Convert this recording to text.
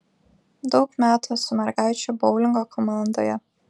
daug metų esu mergaičių boulingo komandoje